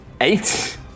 Eight